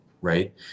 right